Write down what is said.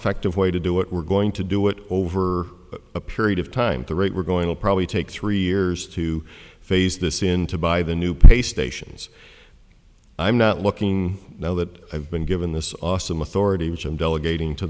effective way to do it we're going to do it over a period of time to rate we're going we'll probably take three years to face this into by the new pay stations i'm not looking know that have been given this awesome authority engine delegating to